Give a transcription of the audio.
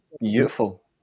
Beautiful